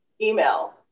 email